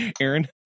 Aaron